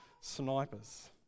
snipers